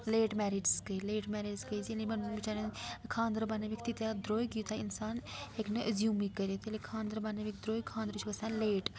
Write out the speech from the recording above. late مٮ۪ریٚجٕس گٔے لیٹ مریٚجٕس گٔی یٚلہِ نہٕ یِمن بِچارٮ۪ن خاندرٕ بَنٲوِکھۍ تیٖتیٛاہ درٛوگۍ یوٗتاہ اِنسان ہیٚکِہِ نہٕ اہزوٗمٕے کٔرِتھ ییٚلہِ خانٛدرٕ بَنٲوِکھۍ درٛوگ خانٛدرٕ چھِ گژھان لیٹ